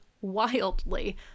wildly